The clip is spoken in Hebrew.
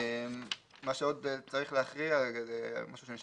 מה שעוד צריך להכריע זה משהו שנשאר